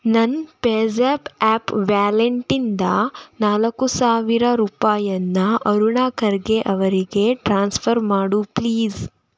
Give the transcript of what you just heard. ನನ್ನ PayZapp app ವ್ಯಾಲೆನ್ಟ್ಟಿಂದ ನಾಲ್ಕು ಸಾವಿರ ರೂಪಾಯನ್ನ ಅರುಣಾ ಖರ್ಗೆ ಅವರಿಗೆ ಟ್ರಾನ್ಸ್ಫರ್ ಮಾಡು ಪ್ಲೀಸ್